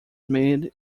made